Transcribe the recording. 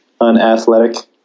unathletic